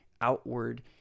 outward